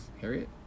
Harriet